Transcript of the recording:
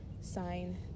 sign